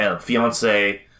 fiance